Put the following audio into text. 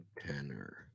tenor